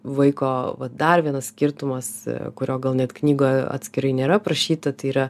vaiko dar vienas skirtumas kurio gal net knygoje atskirai nėra parašyta tai yra